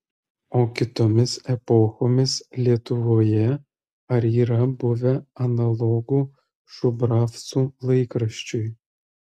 o kitomis epochomis lietuvoje ar yra buvę analogų šubravcų laikraščiui